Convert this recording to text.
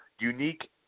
unique